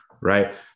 right